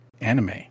anime